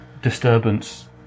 Disturbance